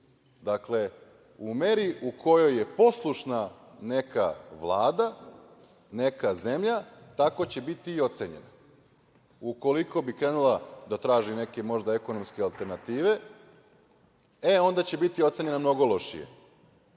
dakle, u meri u kojoj je poslušna neka Vlada, neka zemlja, tako će biti i ocenjena. Ukoliko bi krenula da traži neke, možda, ekonomske alternative, e onda će biti ocenjena mnogo